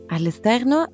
All'esterno